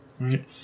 right